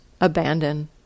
abandon